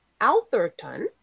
Altherton